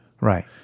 Right